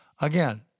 again